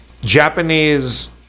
Japanese